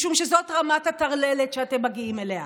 משום שזאת רמת הטרללת שאתם מגיעים אליה.